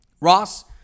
Ross